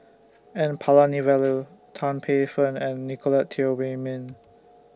N Palanivelu Tan Paey Fern and Nicolette Teo Wei Min